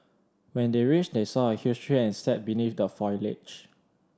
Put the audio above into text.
when they reached they saw a huge tree and sat beneath the foliage